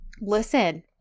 listen